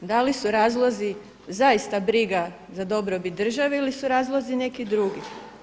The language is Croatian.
Da li su razlozi zaista briga za dobrobit države ili su razlozi neki drugi?